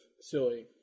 silly